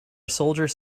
soldiers